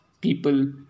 people